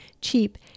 cheap